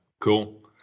cool